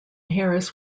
harris